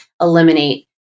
eliminate